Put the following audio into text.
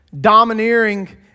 domineering